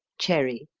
cherry,